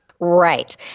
Right